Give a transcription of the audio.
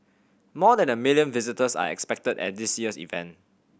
more than a million visitors are expected at this year's event